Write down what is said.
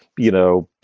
you know,